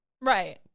Right